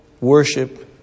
worship